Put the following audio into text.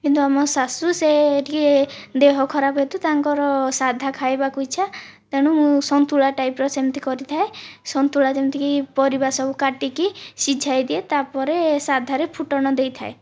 କିନ୍ତୁ ଆମ ଶାଶୁ ସେ ଟିକିଏ ଦେହ ଖରାପ ହେତୁ ତାଙ୍କର ସାଧା ଖାଇବାକୁ ଇଚ୍ଛା ତେଣୁ ମୁଁ ସନ୍ତୁଳା ଟାଇପ୍ର ସେମିତି କରିଥାଏ ସନ୍ତୁଳା ଯେମତିକି ପରିବା ସବୁ କାଟିକି ସିଝାଇଦିଏ ତା' ପରେ ସାଧାରେ ଫୁଟଣ ଦେଇଥାଏ